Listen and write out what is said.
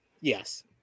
Yes